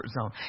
zone